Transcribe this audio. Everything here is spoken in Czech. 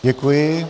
Děkuji.